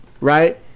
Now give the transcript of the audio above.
right